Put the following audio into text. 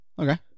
Okay